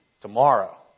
Tomorrow